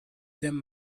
them